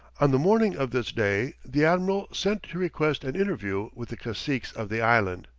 on the morning of this day the admiral sent to request an interview with the caciques of the island.